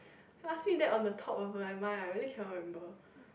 ask me that on the top of my mind I really cannot remember